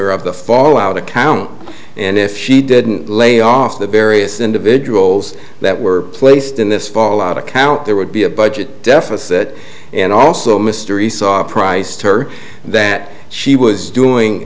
or of the fallout account and if she didn't lay off the various individuals that were placed in this fallout account there would be a budget deficit and also mr esau priced her that she was doing